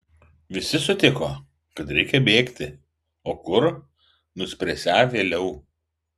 visi sutiko kad reikia bėgti o kur nuspręsią vėliau